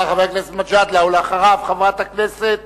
חבר הכנסת מג'אדלה, ואחריו, חברת הכנסת